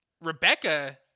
Rebecca